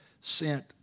sent